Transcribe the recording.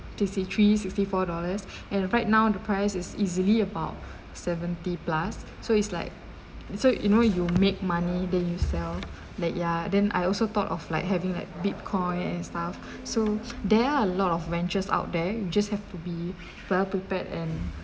sixty three sixty four dollars and right now the price is easily about seventy plus so it's like so you know you make money then you sell like ya then I also thought of like having like bitcoin and stuff so there are a lot of ranches out there you just have to be well prepared and